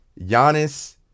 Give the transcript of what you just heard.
Giannis